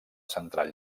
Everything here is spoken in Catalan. central